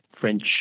French